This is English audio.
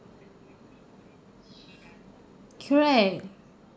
cute right